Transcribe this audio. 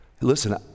Listen